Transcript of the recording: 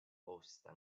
posted